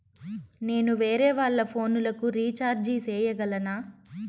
నేను వేరేవాళ్ల ఫోను లకు రీచార్జి సేయగలనా?